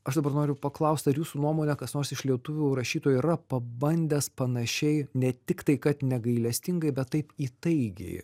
aš dabar noriu paklaust ar jūsų nuomone kas nors iš lietuvių rašytojų yra pabandęs panašiai ne tik tai kad negailestingai bet taip įtaigiai